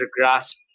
grasp